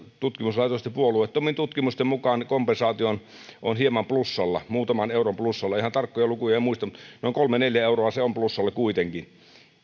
tutkimuslaitosten puolueettomien tutkimusten mukaan kompensaatio on on hieman plussalla muutaman euron plussalla ihan tarkkoja lukuja en muista mutta noin kolme viiva neljä euroa se on plussalla kuitenkin